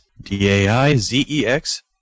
D-A-I-Z-E-X